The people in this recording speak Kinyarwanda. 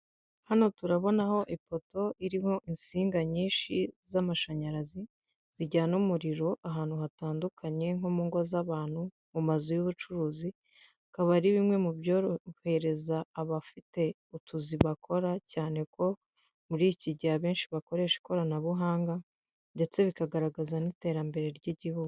Hano turabonaho ipoto iriho insinga nyinshi z'amashanyarazi zijyana umuriro ahantu hatandukanye nko mungo zabantu mumazu y'ubucuruzi akaba ari bimwe mu byorohereza abafite utuzi bakora cyane ko murikigihe abenshi bakoresha ikoranabuhanga ndetse bikagaragaza n'iterambere ry'igihugu.